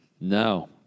No